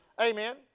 amen